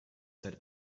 seit